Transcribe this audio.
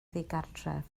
ddigartref